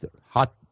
hot